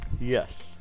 Yes